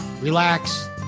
relax